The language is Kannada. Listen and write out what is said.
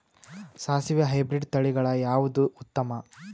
ಸಾಸಿವಿ ಹೈಬ್ರಿಡ್ ತಳಿಗಳ ಯಾವದು ಉತ್ತಮ?